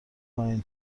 پایین